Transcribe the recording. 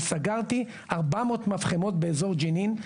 וסגרתי 400 מפחמות באזור ג'נין.